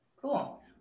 Cool